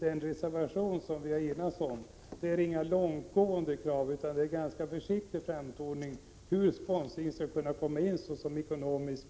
den reservation som de borgerliga partierna har enats om. Där ställs inga långtgående krav, utan där finns en ganska försiktig framtoning när det gäller hur sponsring skall kunna komma med som ekonomisk